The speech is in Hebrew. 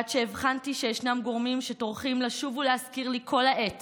עד שהבחנתי שישנם גורמים שטורחים לשוב ולהזכיר לי כל העת